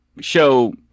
show